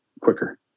quicker